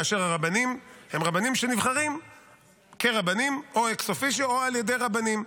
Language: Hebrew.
כאשר הרבנים הם רבנים שנבחרים כרבנים או אקס-אופיציו או על ידי רבנים.